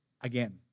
again